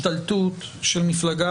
הרציונל הוא שלא תהיה השתלטות של מפלגה